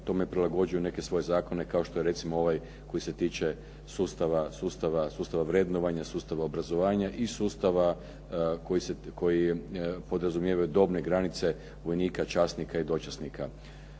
tome prilagođuju neke svoje zakone kao što je recimo ovaj koji se tiče sustava vrednovanja, sustava obrazovanja i sustava koji podrazumijevaju dobne granice vojnika, časnika i dočasnika.